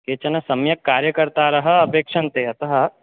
केचन सम्यक् कार्यकर्तारः अपेक्षन्ते अतः